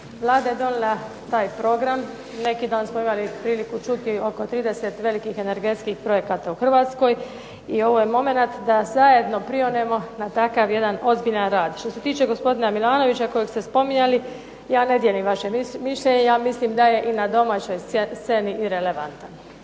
Vlada je donijela taj program, neki dan smo imali priliku čuti oko 30 velikih energetskih projekata u Hrvatskoj, i ovo je momenat da zajedno prionemo na takav jedan ozbiljan rad. Što se tiče gospodina Milanovića kojeg ste spominjali, ja ne dijelim vaše mišljenje, ja mislim da je i na domaćoj sceni irelevantan.